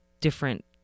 different